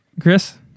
Chris